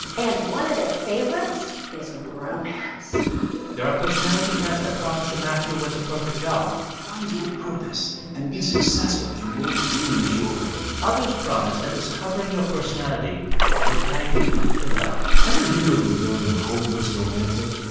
and one of their favorites is romance there are personality tests that promise to match you with the perfect job find your purpose and be successful in work you enjoy others promise that discovering your personality will guide you to love ever hear of the term hopeless romantic?